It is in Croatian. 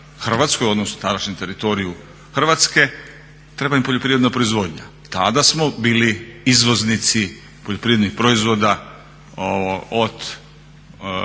Hrvatskoj, odnosno tadašnjem teritoriju Hrvatske. Treba im poljoprivredna proizvodnja. Tada smo bili izvoznici poljoprivrednih proizvoda od